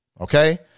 Okay